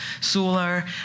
solar